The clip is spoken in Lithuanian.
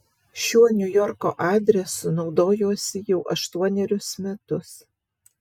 šiuo niujorko adresu naudojuosi jau aštuonerius metus